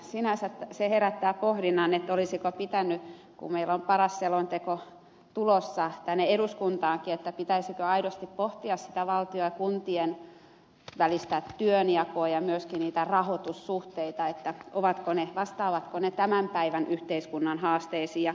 sinänsä se herättää pohdinnan olisiko pitänyt kun meillä on paras selonteko tulossa tänne eduskuntaankin aidosti pohtia valtion ja kuntien välistä työnjakoa ja myöskin niitä rahoitussuhteita vastaavatko ne tämän päivän yhteiskunnan haasteisiin